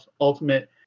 ultimate